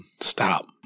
stop